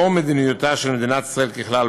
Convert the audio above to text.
לאור מדיניותה של מדינת ישראל ככלל,